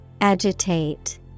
Agitate